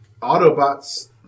Autobots